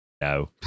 No